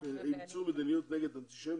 אינסטגרם אימצו מדיניות נגד אנטישמיות,